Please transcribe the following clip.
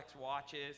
watches